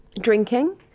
drinking